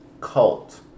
cult